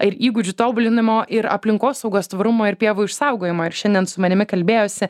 ir įgūdžių tobulinimo ir aplinkosaugos tvarumo ir pievų išsaugojimo ir šiandien su manimi kalbėjosi